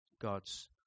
God's